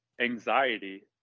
anxiety